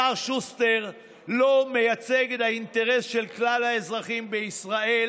השר שוסטר לא מייצג את האינטרס של כלל האזרחים בישראל